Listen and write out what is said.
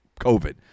COVID